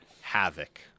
havoc